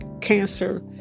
cancer